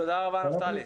תודה רבה, נפתלי.